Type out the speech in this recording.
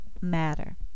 matter